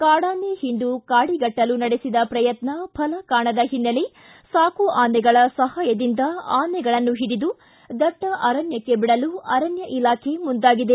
ಕಾಡಾನೆ ಹಿಂಡು ಕಾಡಿಗಟ್ವಲು ನಡೆಸಿದ ಪ್ರಯತ್ನ ಫಲ ಕಾಣದ ಹಿನ್ನೆಲೆ ಸಾಕು ಆನೆಗಳ ಸಹಾಯದಿಂದ ಆನೆಗಳನ್ನು ಹಿಡಿದು ದಟ್ಟ ಅರಣ್ಣಕ್ಕೆ ಬಿಡಲು ಅರಣ್ಯ ಇಲಾಖೆ ಮುಂದಾಗಿದೆ